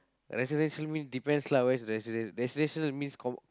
residential means depends lah where residential residential means comm~